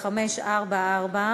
זה חד-פעמי השנה,